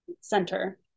center